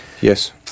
Yes